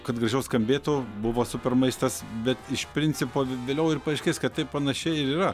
kad gražiau skambėtų buvo super maistas bet iš principo vėliau ir paaiškės kad taip panašiai ir yra